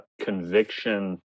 conviction